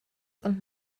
und